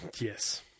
Yes